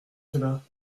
cela